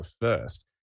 first